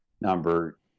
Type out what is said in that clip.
number